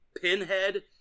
Pinhead